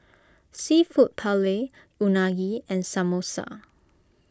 Seafood Paella Unagi and Samosa